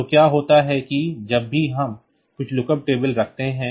तो क्या होता है कि जब भी हम कुछ लुकअप टेबल रखते हैं